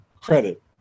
credit